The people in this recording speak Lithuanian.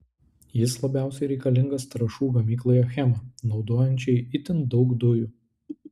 jis labiausiai reikalingas trąšų gamyklai achema naudojančiai itin daug dujų